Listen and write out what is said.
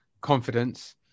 confidence